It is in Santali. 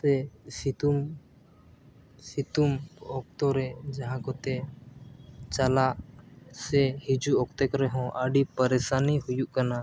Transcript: ᱥᱮ ᱥᱤᱛᱩᱝ ᱥᱤᱛᱩᱝ ᱚᱠᱛᱚᱨᱮ ᱡᱟᱦᱟᱸ ᱠᱚᱛᱮ ᱪᱟᱞᱟᱜ ᱥᱮ ᱦᱤᱡᱩᱜ ᱚᱠᱛᱮ ᱠᱚᱨᱮ ᱦᱚᱸ ᱟᱹᱰᱤ ᱯᱚᱨᱮᱥᱟᱱᱤ ᱦᱩᱭᱩᱜ ᱠᱟᱱᱟ